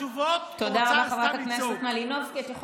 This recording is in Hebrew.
חברת הכנסת מלינובסקי, תודה רבה.